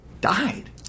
died